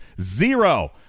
Zero